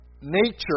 nature